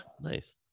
nice